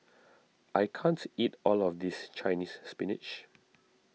I can't eat all of this Chinese Spinach